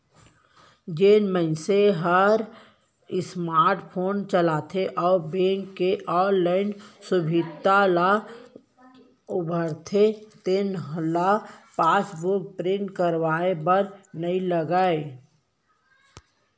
जेन मनसे हर स्मार्ट फोन चलाथे अउ बेंक के ऑनलाइन सुभीता ल बउरथे तेन ल पासबुक प्रिंट करवाए बर नइ लागय